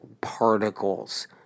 particles